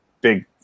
big